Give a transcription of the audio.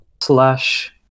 slash